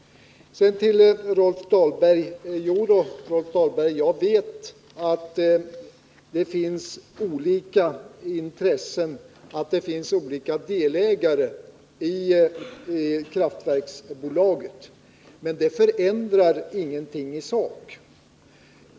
Jo då, Rolf Dahlberg, jag vet att det finns olika intressen, olika delägare, i kraftverksbolaget. Men det förändrar ingenting i sak.